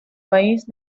país